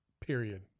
Period